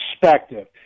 perspective